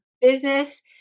business